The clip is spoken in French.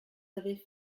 avaient